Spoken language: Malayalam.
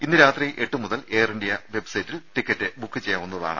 ഇന്ന് രാത്രി എട്ടുമുതൽ എയർ ഇന്ത്യ വെബ്സൈറ്റിൽ ടിക്കറ്റ് ബുക്ക് ചെയ്യാവുന്നതാണ്